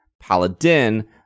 Paladin